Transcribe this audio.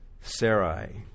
Sarai